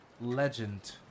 legend